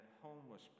homeless